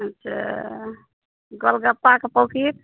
अच्छा गोलगप्पा कऽ पौकिट